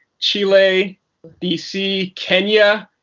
chile, dc, kenya,